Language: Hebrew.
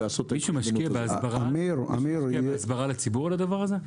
מישהו משקיע בהסברה לציבור על הדבר הזה?